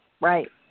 Right